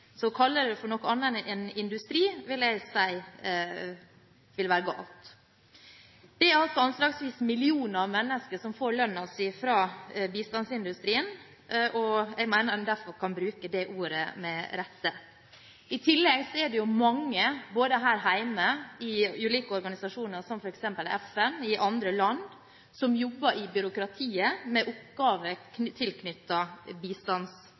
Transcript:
Så å kalle det for noe annet enn en industri vil jeg si vil være galt. Det er anslagsvis millioner av mennesker som får lønnen sin fra bistandsindustrien, og jeg mener man derfor kan bruke det ordet med rette. I tillegg er det mange både her hjemme i ulike organisasjoner, som f.eks. i FN, og i andre land som jobber i byråkratiet, med